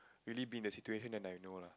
really be in the situation then I know lah